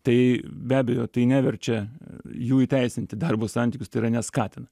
tai be abejo tai neverčia jų įteisinti darbo santykius tai yra neskatina